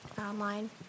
online